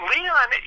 Leon